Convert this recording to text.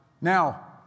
Now